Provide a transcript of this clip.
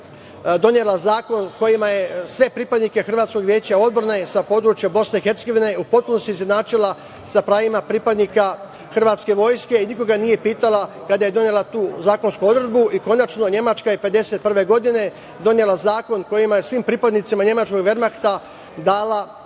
donela zakon kojim je sve pripadnike hrvatskog Veća odbrane sa područja BiH u potpunosti izjednačila sa pravima pripadnika hrvatske vojske i nikoga nije pitala kada je donela tu zakonsku odredbu. Konačno, Nemačka je 1951. godine donela zakon kojim je svim pripadnicima nemačkog Vermahta dala